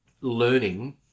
learning